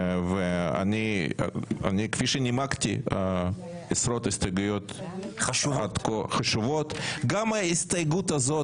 כפי שנימקתי עשרות הסתייגויות חשובות גם ההסתייגות הזאת,